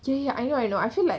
ya ya I know I know I feel like